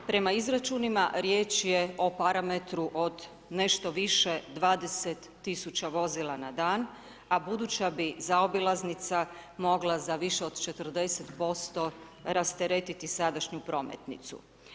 Prema izračunima riječ je o parametru od nešto više 20 tisuća vozila na dan, a buduća bi zaobilaznica mogla za više od 40% rasteretiti sadašnju prometnicu.